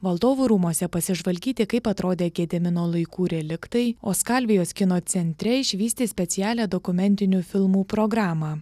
valdovų rūmuose pasižvalgyti kaip atrodė gedimino laikų reliktai o skalvijos kino centre išvysti specialią dokumentinių filmų programą